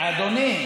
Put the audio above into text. אדוני,